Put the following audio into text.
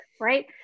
right